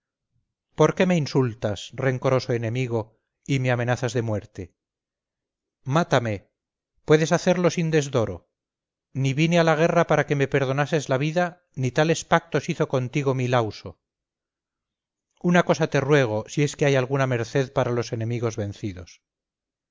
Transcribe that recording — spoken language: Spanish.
por qué me insultas rencoroso enemigo y me amenazas de muerte mátame puedes hacerlo sin desdoro ni vine a la guerra para que me perdonases la vida ni tales pactos hizo contigo mi lauso una cosa te ruego si es que hay alguna merced para los enemigos vencidos